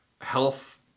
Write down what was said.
health